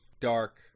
dark